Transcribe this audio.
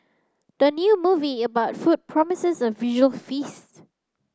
the new movie about food promises a visual feast